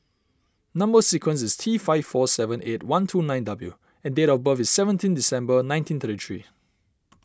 Number Sequence is T five four seven eight one two nine W and date of birth is seventeen December nineteen thirty three